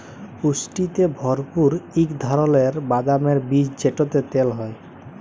পুষ্টিতে ভরপুর ইক ধারালের বাদামের বীজ যেটতে তেল হ্যয়